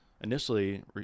initially